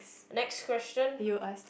next question